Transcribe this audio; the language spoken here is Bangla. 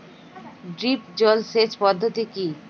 ড্রিপ জল সেচ পদ্ধতি কি?